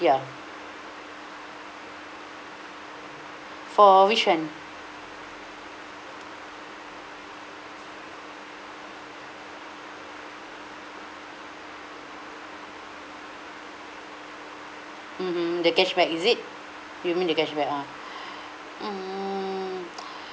ya for which one mmhmm the cashback is it you mean the cashback ah mm